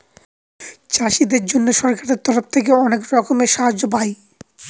চাষীদের জন্য সরকারের তরফ থেকে অনেক রকমের সাহায্য পায়